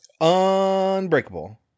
Unbreakable